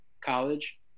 College